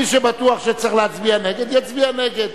מי שבטוח שצריך להצביע נגד, יצביע נגד.